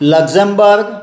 Luxembourg